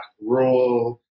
rural